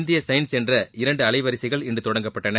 இந்திய சயின்ஸ் என்ற இரண்டு அலைவரிசைகள் இன்று தொடங்கப்பட்டன